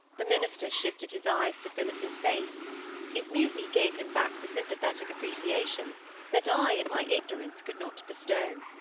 the minister shifted his eyes to phillis's face it mutely gave him back the sympathetic appreciation that i, in my ignorance, could not bestow.